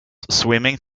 swimming